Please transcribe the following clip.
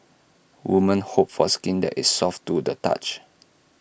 woman hope for skin that is soft to the touch